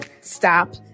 stop